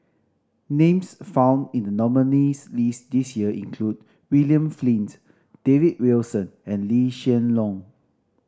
names found in the nominees' list this year include William Flint David Wilson and Lee Hsien Loong